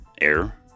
air